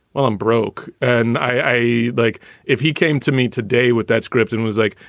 well, i'm broke and i like if he came to me today with that script and was like,